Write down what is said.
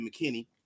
McKinney